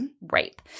rape